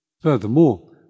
Furthermore